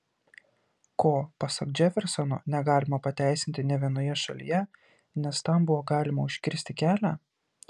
ko pasak džefersono negalima pateisinti nė vienoje šalyje nes tam buvo galima užkirsti kelią